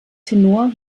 tenor